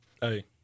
Hey